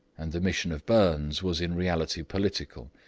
and the mission of burnes was in reality political,